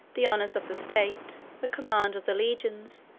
the honors of the state, the command of the legions,